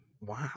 Wow